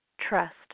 Trust